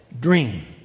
dream